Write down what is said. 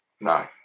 No